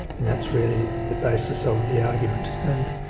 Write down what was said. and that's really the basis of the argument. and